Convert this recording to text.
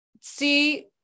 see